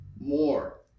more